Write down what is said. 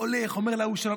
הולך, אומר להוא שלום.